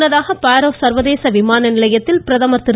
முன்னதாக பரோ சர்வதேச விமான நிலையத்தில் பிரதமர் திரு